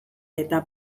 eta